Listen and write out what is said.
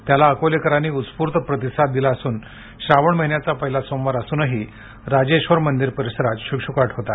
त्याला अकोलेकरांनी उस्फूर्त प्रतिसाद दिला असून श्रावण महिन्याचा पहिला सोमवार असूनही राजेश्वर मंदिर परिसरात शुकशुकाट होता